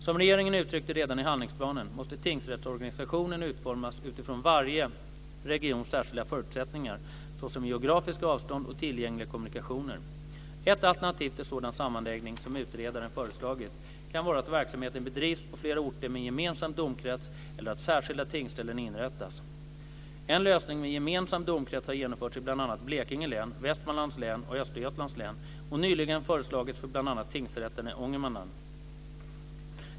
Som regeringen uttryckte redan i handlingsplanen måste tingsrättsorganisationen utformas utifrån varje regions särskilda förutsättningar såsom geografiska avstånd och tillgängliga kommunikationer. Ett alternativ till sådan sammanläggning som utredaren föreslagit kan vara att verksamheten bedrivs på flera orter med en gemensam domkrets eller att särskilda tingsställen inrättas. En lösning med gemensam domkrets har genomförts i bl.a. Blekinge län, Västmanlands län och Östergötlands län och nyligen föreslagits för bl.a. tingsrätterna i Ångermanland.